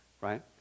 right